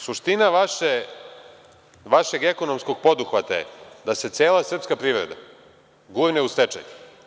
Suština vašeg ekonomskog poduhvata je da se cela srpska privreda gurne u stečaj.